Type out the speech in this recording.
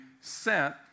sent